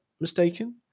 mistaken